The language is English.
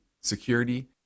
security